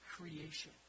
creation